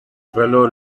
fellow